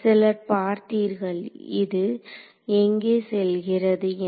சிலர் பார்த்தீர்கள் இது எங்கே செல்கிறது என்று